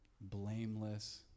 blameless